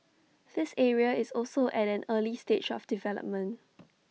the area is also at an early stage of development